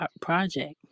project